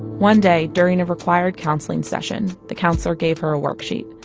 one day during a required counseling session, the counselor gave her a worksheet.